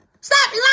Stop